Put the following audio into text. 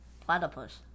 platypus